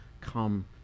come